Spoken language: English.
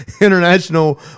International